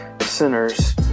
sinners